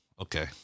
Okay